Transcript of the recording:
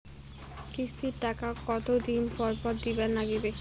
কিস্তির টাকা কতোদিন পর পর দিবার নাগিবে?